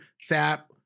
sap